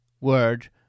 word